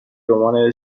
رمان